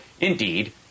indeed